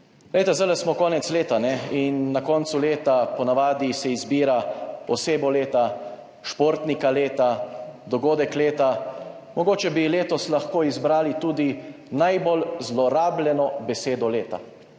zdaj smo konec leta in na koncu leta se ponavadi izbira osebo leta, športnika leta, dogodek leta, mogoče bi letos lahko izbrali tudi najbolj zlorabljeno besedo leta.